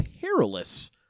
perilous